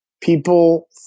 People